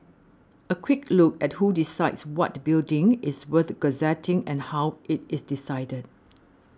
a quick look at who decides what building is worth gazetting and how it is decided